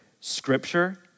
scripture